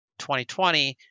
2020